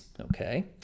Okay